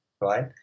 right